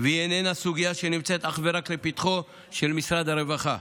והיא איננה סוגיה שנמצאת אך ורק לפתחו של משרד הרווחה.